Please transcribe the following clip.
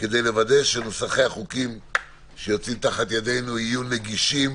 כדי לוודא שנוסחי החוקים שיוצאים מתחת ידנו יהיו נגישים,